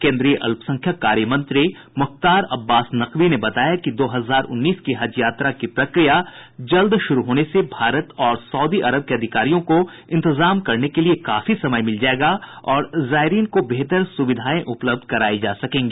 केन्द्रीय अल्पसंख्यक कार्य मंत्री मुख्तार अब्बास नकवी ने बताया कि दो हजार उन्नीस की हज यात्रा की प्रक्रिया जल्द शुरू होने से भारत और सऊदी अरब के अधिकारियों को इंतजाम करने के लिए काफी समय मिल जाएगा और जायरीन को बेहतर सुविधाएं उपलब्ध कराई जा सकेंगी